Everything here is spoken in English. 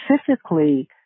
specifically